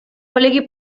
poliki